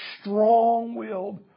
strong-willed